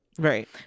right